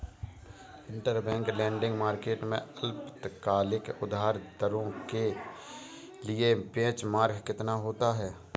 Interbank lending market में अल्पकालिक उधार दरों के लिए बेंचमार्क कितना होता है?